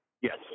Yes